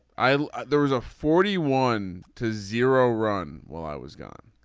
i there was a forty one to zero run while i was gone.